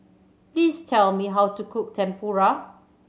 please tell me how to cook Tempura